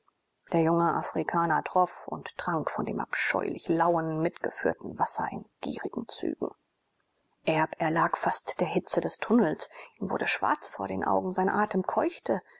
der junge afrikaner troff und trank von dem abscheulich lauen mitgeführten wasser in gierigen zügen erb erlag fast der hitze des tunnels ihm wurde schwarz vor den augen sein atem keuchte